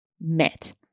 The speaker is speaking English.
met